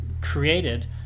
created